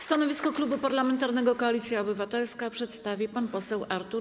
Stanowisko Klubu Parlamentarnego Koalicja Obywatelska przedstawi pan poseł Artur